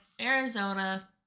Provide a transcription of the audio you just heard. Arizona